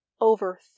over